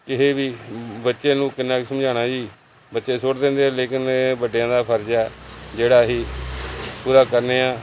ਕਿਸੇ ਵੀ ਬੱਚੇ ਨੂੰ ਕਿੰਨਾ ਕੁ ਸਮਝਾਣਾ ਜੀ ਬੱਚੇ ਸੁੱਟ ਦਿੰਦੇ ਆ ਲੇਕਿਨ ਇਹ ਵੱਡਿਆਂ ਦਾ ਫਰਜ਼ ਆ ਜਿਹੜਾ ਅਸੀਂ ਪੂਰਾ ਕਰਦੇ ਹਾਂ